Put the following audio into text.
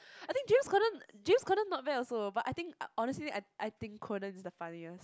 I think James-Corden James-Corden not bad also but I think honestly I think Conan is the funniest